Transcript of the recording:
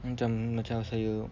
macam macam saya